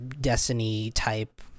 Destiny-type